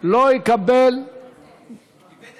איבד